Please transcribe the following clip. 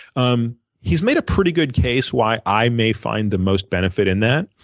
um he's made a pretty good case why i may find the most benefit in that.